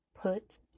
Put